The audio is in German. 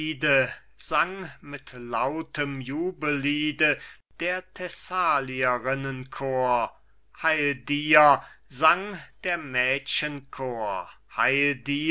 mit lautem jubelliede der thessalierinnen chor heil dir sang der mädchen